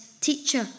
Teacher